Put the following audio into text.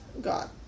God